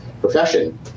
profession